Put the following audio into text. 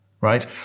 right